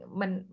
mình